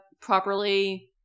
properly